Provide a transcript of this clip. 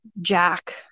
Jack